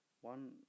one